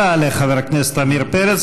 תודה לחבר הכנסת עמיר פרץ.